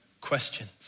questions